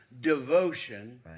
devotion